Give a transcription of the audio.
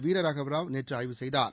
வீரராகவராவ் நேற்று ஆய்வு செய்தார்